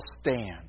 stand